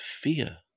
fear